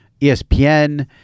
ESPN